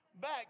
back